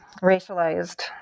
racialized